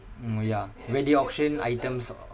mm orh ya where they auction items